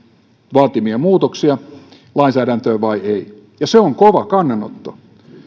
vaatimia muutoksia lainsäädäntöön vai ettekö ja se on kova kannanotto